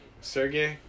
Sergey